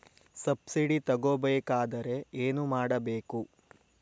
Subsidy ತಗೊಬೇಕಾದರೆ ಏನು ಮಾಡಬೇಕು?